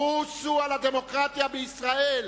חוסו על הדמוקרטיה בישראל,